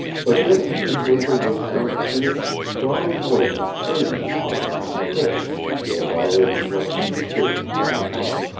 but in it he heard the whisper of fierce, strong voices urging upon him the conviction that had already swept indecision from his heart